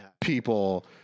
people